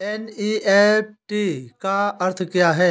NEFT का अर्थ क्या है?